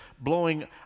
blowing